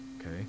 okay